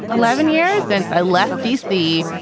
eleven years since i left d c.